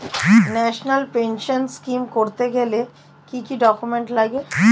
National pension scheme করতে গেলে কি কি ডকুমেন্ট লাগে?